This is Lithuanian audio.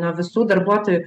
nuo visų darbuotojų